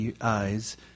eyes